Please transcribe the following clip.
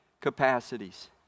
capacities